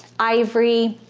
ivory?